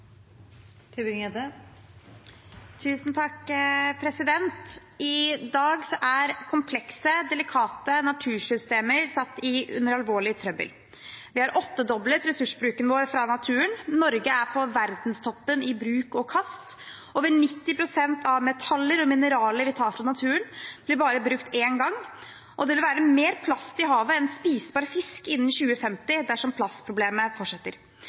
komplekse, delikate natursystemer satt i alvorlig trøbbel. Vi har åttedoblet ressursbruken vår fra naturen, og Norge er på verdenstoppen i bruk og kast. Over 90 pst. av metaller og mineraler vi tar fra naturen, blir bare brukt én gang, og det vil være mer plast i havet enn spisbar fisk innen 2050 dersom plastproblemet fortsetter.